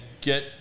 get